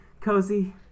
Cozy